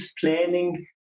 planning